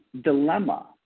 dilemma